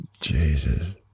Jesus